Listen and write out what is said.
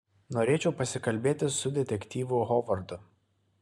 norėčiau pasikalbėti su detektyvu hovardu